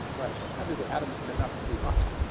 but how do the atoms turn out to be us?